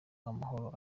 amahoro